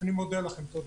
אני מודה לכם, תודה.